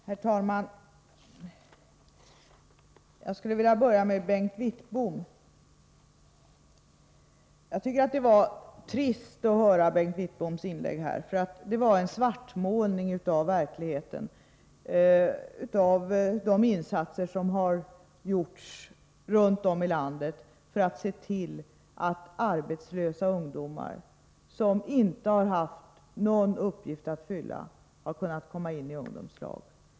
Herr talman! Jag skulle vilja börja med att säga att jag tycker att det var trist att höra Bengt Wittboms inlägg, för det var en svartmålning av verkligheten, av de insatser som har gjorts runt om i landet för att se till att arbetslösa ungdomar som inte har haft någon uppgift att fylla har kunnat komma in i ungdomslag.